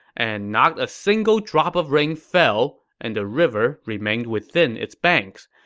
and not a single drop of rain fell, and the river remained within its banks.